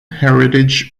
heritage